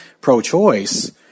pro-choice